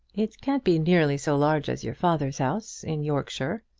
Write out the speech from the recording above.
it can't be nearly so large as your father's house in yorkshire.